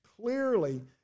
Clearly